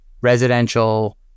residential